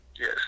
Yes